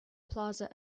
plaza